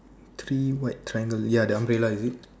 three white triangle ya the umbrella is it